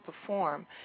perform